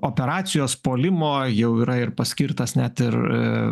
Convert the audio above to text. operacijos puolimo jau yra ir paskirtas net ir